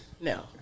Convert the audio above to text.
No